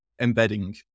embedding